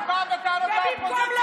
למה את באה בטענות לאופוזיציה?